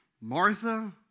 Martha